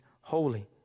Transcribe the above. holy